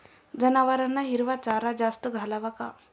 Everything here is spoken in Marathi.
जनावरांना हिरवा चारा जास्त घालावा का?